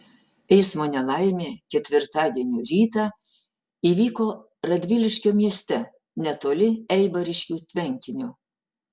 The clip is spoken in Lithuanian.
eismo nelaimė ketvirtadienio rytą įvyko radviliškio mieste netoli eibariškių tvenkinio